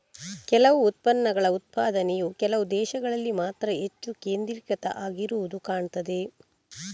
ಕೆಲವು ಉತ್ಪನ್ನಗಳ ಉತ್ಪಾದನೆಯು ಕೆಲವು ದೇಶಗಳಲ್ಲಿ ಮಾತ್ರ ಹೆಚ್ಚು ಕೇಂದ್ರೀಕೃತ ಆಗಿರುದು ಕಾಣ್ತದೆ